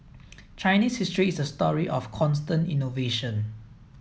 Chinese history is a story of constant innovation